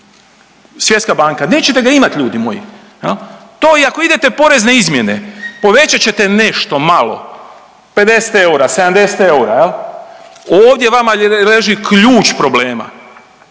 Svjetska banka, nećete ga imat ljudi moji. To i ako idete porezne izmjene povećat ćete nešto malo 50 eura, 70 eura. Ovdje vama leži ključ problema.